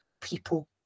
people